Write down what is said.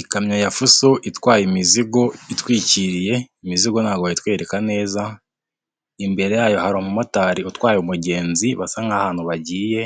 Ikamyo ya fuso itwaye imizigo itwikiriye, imizigo ntabwo bayitwereka neza, imbere yayo hari umumotari utwaye umugenzi basa nk'ahantu bagiye